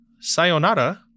sayonara